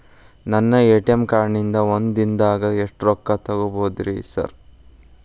ನನ್ನ ATM card ನಿಂದಾ ಒಂದ್ ದಿಂದಾಗ ಎಷ್ಟ ರೊಕ್ಕಾ ತೆಗಿಬೋದು ಸಾರ್?